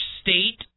state